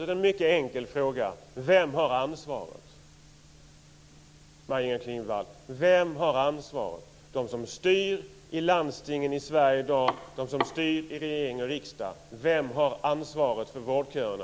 Det är en mycket enkel fråga. Vem har ansvaret, Maj-Inger Klingvall? Är det de som styr i landstingen i Sverige i dag, de som styr i regering och riksdag? Vem har ansvaret för vårdköerna?